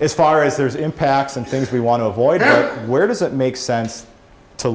as far as there's impacts and things we want to avoid area where does it make sense to